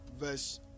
verse